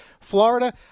Florida